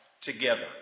together